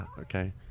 okay